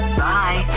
bye